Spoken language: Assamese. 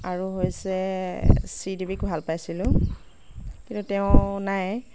আৰু হৈছে শ্ৰীদেৱীক ভাল পাইছিলোঁ কিন্তু তেওঁ নাই